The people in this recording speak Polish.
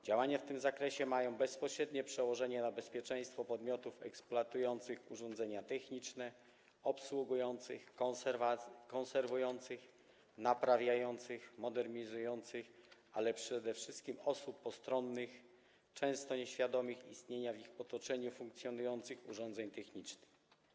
Działania w tym zakresie mają bezpośrednie przełożenie na bezpieczeństwo podmiotów eksploatujących urządzenia techniczne, obsługujących, konserwujących, naprawiających, modernizujących, ale przede wszystkim osób postronnych często nieświadomych istnienia w ich otoczeniu funkcjonujących urządzeń technicznych.